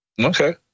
Okay